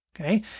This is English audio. Okay